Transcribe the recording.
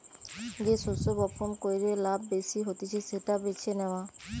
যে শস্য বপণ কইরে লাভ বেশি হতিছে সেটা বেছে নেওয়া